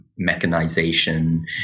mechanization